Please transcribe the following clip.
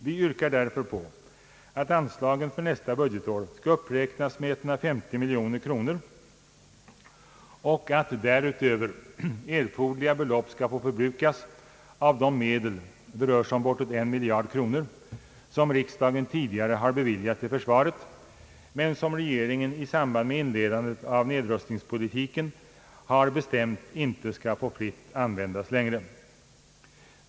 Vi yrkar därför på att anslagen för nästa budgetår skall uppräknas med 150 miljoner kronor och att därutöver erforderliga belopp skall få förbrukas av de medel — det rör sig om bortåt en miljard kronor — som riksdagen tidigare har beviljat till försvaret men som regeringen i samband med inledandet av sin nedrustningspolitik har bestämt inte skall få fritt användas.